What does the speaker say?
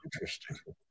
Interesting